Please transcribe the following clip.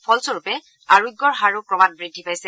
ফলস্বৰূপে আৰোগ্যৰ হাৰো ক্ৰমাৎ বৃদ্ধি পাইছে